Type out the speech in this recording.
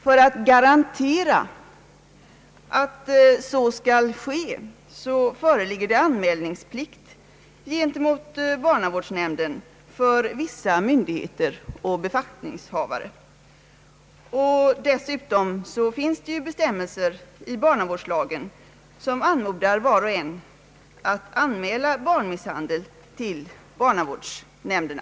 För att garantera att så sker föreligger det anmälningsplikt gentemot barnavårdsnämnden för vissa myndigheter och befattningshavare. Dessutom finns det ju bestämmelser i barnavårdslagen som anmodar var och en att anmäla barnmisshandel till barnavårdsnämnderna.